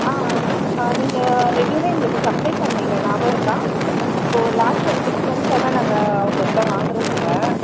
ஆ ஆ நீங்கள் ரெகுலராக எங்களுக்கு சப்ளே பண்ணுவிங்க ஞாபகம் இருக்கா இப்போ லாஸ்ட் ஒரு சிக்ஸ் மந்த்ஸாக தான் நாங்கள் உங்கள்கிட்ட வாங்குறது இல்லை